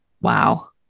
Wow